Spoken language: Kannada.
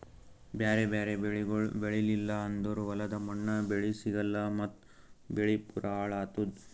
ಬ್ಯಾರೆ ಬ್ಯಾರೆ ಬೆಳಿಗೊಳ್ ಬೆಳೀಲಿಲ್ಲ ಅಂದುರ್ ಹೊಲದ ಮಣ್ಣ, ಬೆಳಿ ಸಿಗಲ್ಲಾ ಮತ್ತ್ ಬೆಳಿ ಪೂರಾ ಹಾಳ್ ಆತ್ತುದ್